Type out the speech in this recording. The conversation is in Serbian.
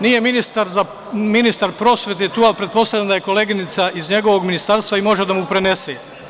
Nije ministar prosvete tu, ali pretpostavljam da je koleginica iz njegovog ministarstva i može da mu prenese.